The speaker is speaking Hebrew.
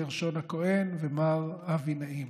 גרשון הכהן ומר אבי נעים.